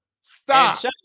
Stop